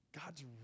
God's